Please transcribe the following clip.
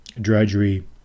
drudgery